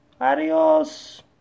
Adios